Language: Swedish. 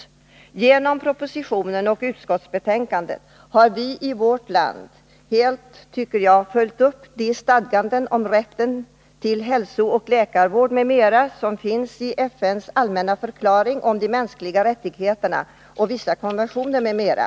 I och med propositionen och utskottsbetänkandet har vi i vårt land helt, tycker jag, följt upp de stadganden om rätten till hälsooch läkarvård m.m. som finns i FN:s allmänna förklaring om de mänskliga rättigheterna och i vissa konventioner m.m.